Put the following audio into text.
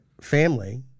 family